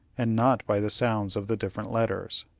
and not by the sounds of the different letters.